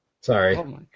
Sorry